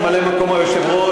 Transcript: ממלא-מקום היושב-ראש,